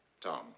Tom